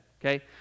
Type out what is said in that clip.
Okay